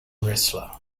wrestler